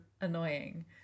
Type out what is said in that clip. annoying